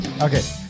okay